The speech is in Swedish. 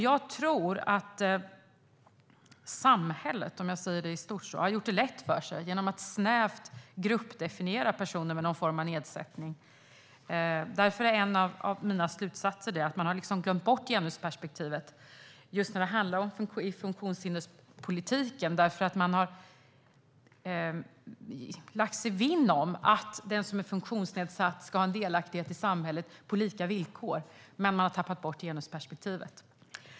Jag tror att samhället i stort har gjort det lätt för sig genom att snävt gruppdefiniera personer med någon form av nedsättning. Därför är en av mina slutsatser att genusperspektivet har glömts bort just när det gäller funktionshinderspolitiken. Man har lagt sig vinn om att den som är funktionsnedsatt ska vara delaktig i samhället på lika villkor, men man har tappat bort genusperspektivet.